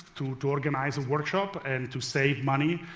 to to organize a workshop and to save money.